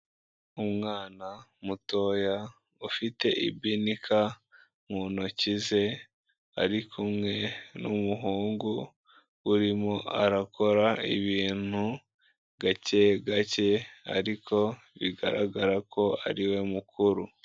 Umwana mutoya ufite ibinika mu ntoki ze, ari kumwe n'umuhungu urimo arakora ibintu gake gake, ariko bigaragara ko ariwe mukuru.